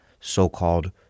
so-called